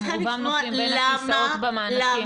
גם רובם נופלים בין הכיסאות במענקים.